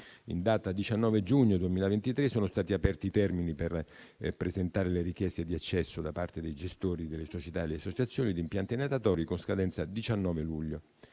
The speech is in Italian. In data 19 giugno 2023 sono stati aperti i termini per presentare le richieste di accesso da parte dei gestori delle società e le associazioni di impianti natatori con scadenza 19 luglio.